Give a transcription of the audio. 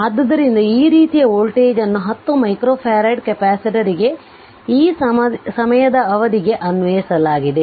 ಆದ್ದರಿಂದ ಈ ರೀತಿಯ ವೋಲ್ಟೇಜ್ ಅನ್ನು 10 ಮೈಕ್ರೊಫರಾಡ್ ಕೆಪಾಸಿಟರ್ಗೆ ಈ ಸಮಯದ ಅವಧಿಗೆ ಅನ್ವಯಿಸಲಾಗಿದೆ